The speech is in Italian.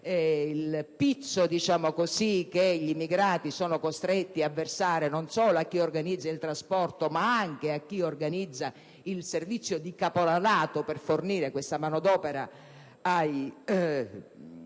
il pizzo che gli immigrati sono costretti a versare non solo a chi organizza il trasporto, ma anche a chi organizza il servizio di caporalato per fornire questa manodopera agli